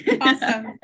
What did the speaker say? Awesome